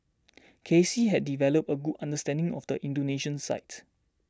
K C had developed a good understanding of the Indonesian psyche